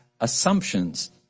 assumptions